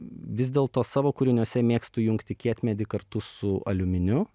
vis dėlto savo kūriniuose mėgstu jungti kietmedį kartu su aliuminiu